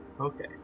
Okay